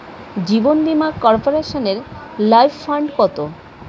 জীবন বীমা কর্পোরেশনের life fund কত?